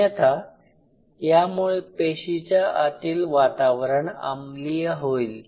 अन्यथा यामुळे पेशीच्या आतील वातावरण आम्लीय होईल